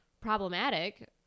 problematic